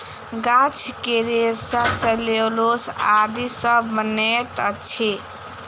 गाछ के रेशा सेल्यूलोस आदि सॅ बनैत अछि